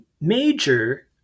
major